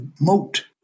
moat